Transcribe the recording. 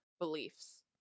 beliefs